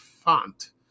font